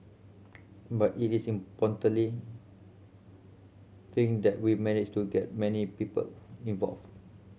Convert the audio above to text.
but it is importantly think that we managed to get many people involved